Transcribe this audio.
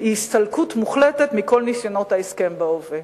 היא הסתלקות מוחלטת מכל ניסיונות ההסכם בהווה.